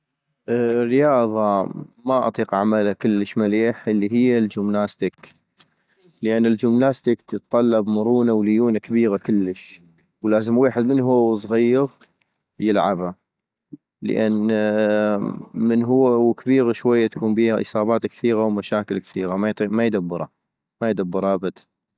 رياضة ما اطيق اعملا كلش مليح الي هي الجومناستك - لان الجومناستك تتطلب مرونة وليونة كبيغة كلش - ولازم ويحد من هو وصغيغ يلعبا ، لان من هو وكبيغ شوية تكون بيها اصابات كثيغة ومشاكل كثيغة ما يطيق-ما يدبرا ، ما يدبرا ابد